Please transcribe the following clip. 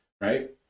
right